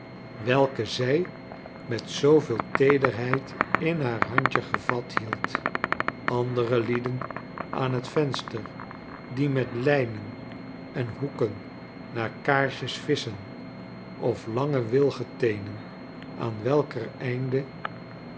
welke zij met zooveel teederheid in haar handje gevat hield andere lieden aan het venster die met lijnen en hoeken naar kaarsjes visschen of lange wilgen teenen aan welker einde